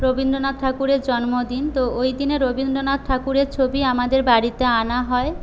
রবীন্দ্রনাথ ঠাকুরের জন্মদিন তো ওইদিনে রবীন্দ্রনাথ ঠাকুরের ছবি আমাদের বাড়িতে আনা হয়